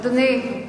אדוני,